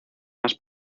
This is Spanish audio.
más